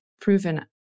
proven